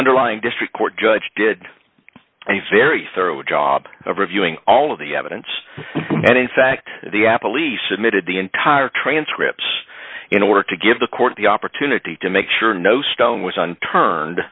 underlying district court judge did a very thorough job of reviewing all of the evidence and in fact the apple least submitted the entire transcripts in order to give the court the opportunity to make sure no stone was unturn